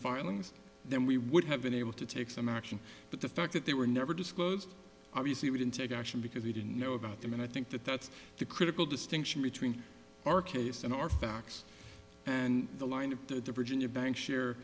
filings then we would have been able to take some action but the fact that they were never disclosed obviously we didn't take action because we didn't know about them and i think that that's the critical distinction between our case in our facts and the line of the bridge in your bank share